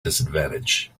disadvantage